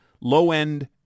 low-end –